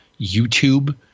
YouTube